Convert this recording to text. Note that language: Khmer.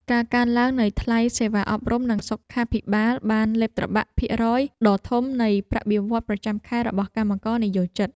ការកើនឡើងនៃថ្លៃសេវាអប់រំនិងសុខាភិបាលបានលេបត្របាក់ភាគរយដ៏ធំនៃប្រាក់បៀវត្សរ៍ប្រចាំខែរបស់កម្មករនិយោជិត។